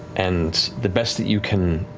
and the best that you can,